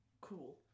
Cool